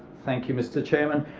thank you, mr chairman.